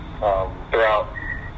Throughout